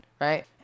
right